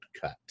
cut